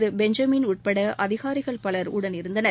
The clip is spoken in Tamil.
பி பெஞ்சமின் உட்பட அதிகாரிகள் பலர் உடன் இருந்தனர்